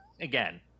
again